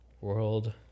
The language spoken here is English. world